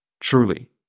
Truly